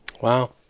Wow